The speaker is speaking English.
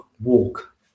Walk